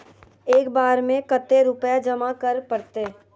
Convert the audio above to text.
एक बार में कते रुपया जमा करे परते?